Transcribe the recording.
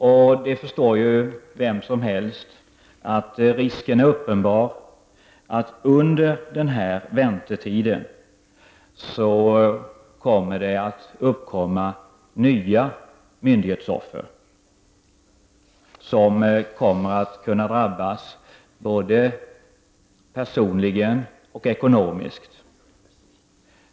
Vem som helst förstår ju att risken är uppenbar att under den här väntetiden nya offer kommer att drabbas, både personligen och ekonomiskt.